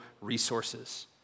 resources